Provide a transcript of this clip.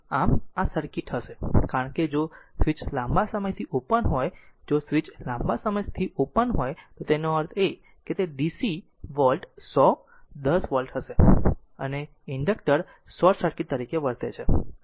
આમ આ સર્કિટ હશે કારણ કે જો સ્વીચ લાંબા સમય સુધી ઓપન હોય જો સ્વીચ લાંબા સમય સુધી ઓપન હોય તેનો અર્થ એ કે તે DC V 100 10 V છે અને ઇન્ડકટર શોર્ટ સર્કિટ તરીકે વર્તે છે આમ તે શોર્ટ છે